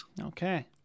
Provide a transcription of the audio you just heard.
Okay